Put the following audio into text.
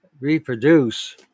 reproduce